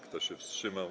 Kto się wstrzymał?